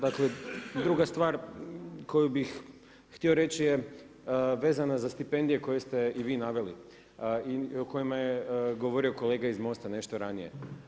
Dakle druga stvar koju bih htio reći je vezana za stipendije koje ste i vi naveli i o kojima je govorio kolega iz MOST-a nešto ranije.